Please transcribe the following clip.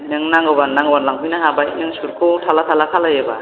नों नांगौबानो नांगौबानो लांफैनो हाबाय नों सुतखौ थारला थारला खालायोबा